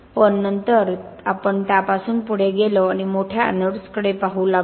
पण नंतर आपण त्यापासून पुढे गेलो आणि मोठ्या एनोड्सकडे पाहू लागलो